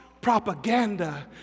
propaganda